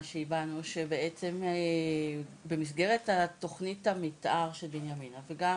שהבענו שבעצם במסגרת תוכנית המתאר של בנימינה וגם